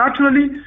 naturally